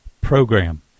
program